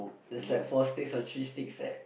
there's like four sticks or three sticks right